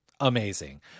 amazing